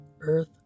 earth